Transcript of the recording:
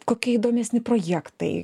kokie įdomesni projektai